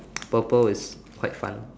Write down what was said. purple is quite fun